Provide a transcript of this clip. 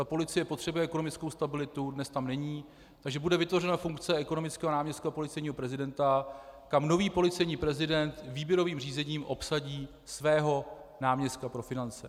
Policie potřebuje ekonomickou stabilitu, dnes tam není, takže bude vytvořena funkce ekonomického náměstka policejního prezidenta, kam nový policejní prezident výběrovým řízením obsadí svého náměstka pro finance.